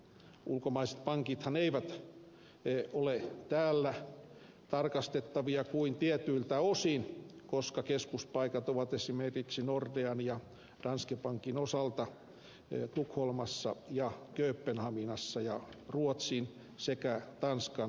ulkomaiset pankithan eivät ole täällä tarkastettavia kuin tietyiltä osin koska keskuspaikat ovat esimerkiksi nordean ja danske bankin osalta tukholmassa ja kööpenhaminassa ja ruotsin sekä tanskan rahoitustarkastuksen hoidettavina